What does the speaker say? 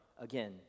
Again